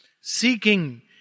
seeking